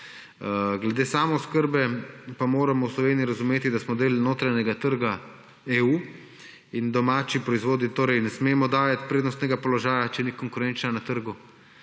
Glede samooskrbe pa moramo v Sloveniji razumeti, da smo del notranjega trga EU in domačim proizvodom ne smemo dajati prednostnega položaja, če ni konkurenčna na trgu.